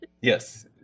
yes